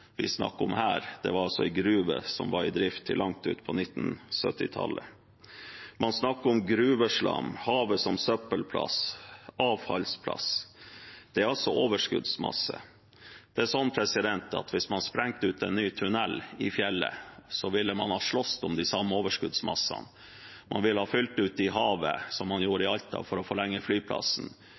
gruve som var i drift til langt ut på 1970-tallet. Man snakker om gruveslam, havet som søppelplass og avfallsplass. Det er altså overskuddsmasse. Det er sånn at hvis man sprengte ut en ny tunell i fjellet, ville man ha slåss om de samme overskuddsmassene. Man ville ha fylt ut i havet, som man gjorde i Alta for å forlenge flyplassen.